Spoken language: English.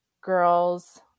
girls